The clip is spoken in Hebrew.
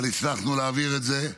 אבל הצלחנו להעביר את זה.